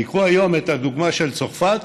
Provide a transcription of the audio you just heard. תיקחו היום את הדוגמה של צרפת,